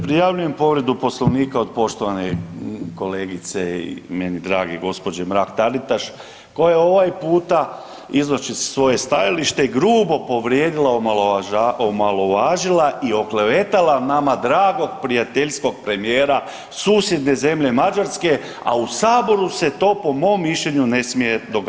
Prijavljujem povredu poslovnika od poštovane kolegice i meni drage gospođe Mrak Taritaš koja ovaj puta iznosi svoje stajalište i grubo povrijedila i omalovažila i oklevetala nama dragog prijateljskog premijera susjedne zemlje Mađarske, a u Saboru se to po mom mišljenju ne smije događati.